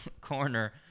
corner